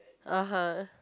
(uh huh)